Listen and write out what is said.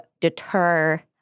deter